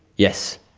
yes,